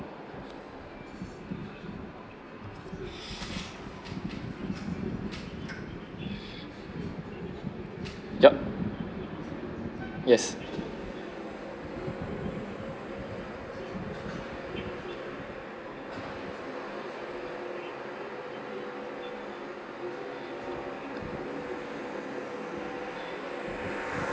yup yes